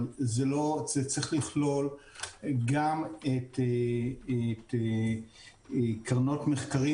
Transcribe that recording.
אבל צריך לכלול גם את קרנות מחקרים